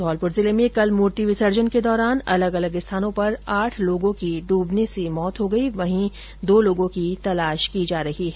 धौलपुर जिले में कल मूर्ति विजर्सन के दौरान अलग अलग स्थानों पर आठ लोगों की डूबने से मौत हो गई वहीं दो लोगों की तलाश की जा रही है